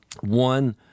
one